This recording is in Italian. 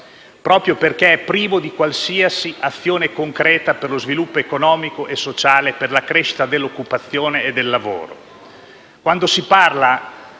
proprio perché privo di qualsiasi azione concreta per lo sviluppo economico e sociale, per la crescita dell'occupazione e del lavoro.